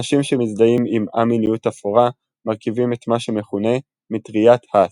אנשים שמזדהים עם א-מיניות אפורה מרכיבים את מה שמכונה "מטריית האס".